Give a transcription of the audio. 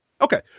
Okay